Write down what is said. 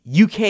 UK